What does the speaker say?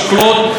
תודה רבה.